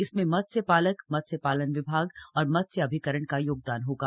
इसमें मत्स्य पालक मत्स्य पालन विभाग और मत्स्य अभिकरण का योगदान होगा